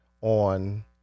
on